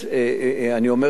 אני אומר את זה,